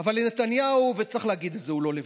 אבל נתניהו, וצריך להגיד את זה, הוא לא לבד.